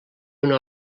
una